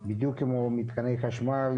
בדיוק כמו מתקני חשמל,